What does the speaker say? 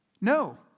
No